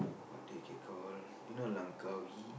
what they can call you know Langkawi